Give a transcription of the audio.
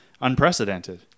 unprecedented